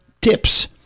tips